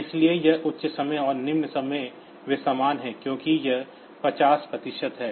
इसलिए यह उच्च समय और निम्न समय वे समान हैं क्योंकि यह 50 प्रतिशत है